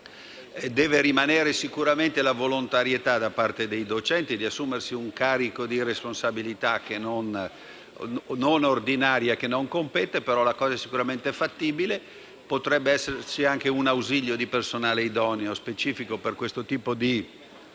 Deve sicuramente rimanere la volontarietà da parte dei docenti di assumersi un carico di responsabilità non ordinaria, che non gli compete, ma la cosa è assolutamente fattibile. Potrebbe anche esserci un ausilio di personale idoneo, specifico per questo tipo di